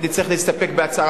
כלומר נצטרך להסתפק בהצהרה,